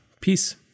Peace